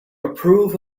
approve